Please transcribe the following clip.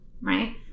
right